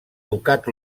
ducat